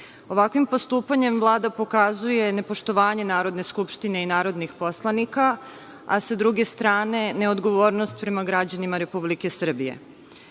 Ovakvim postupanjem Vlada pokazuje nepoštovanje Narodne skupštine i narodnih poslanika, a sa druge strane neodgovornost prema građanima Republike Srbije.S